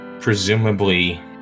presumably